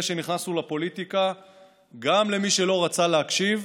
שנכנסנו לפוליטיקה גם למי שלא רצה להקשיב,